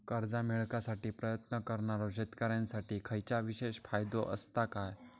कर्जा मेळाकसाठी प्रयत्न करणारो शेतकऱ्यांसाठी खयच्या विशेष फायदो असात काय?